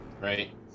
Right